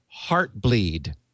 Heartbleed